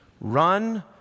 Run